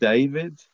David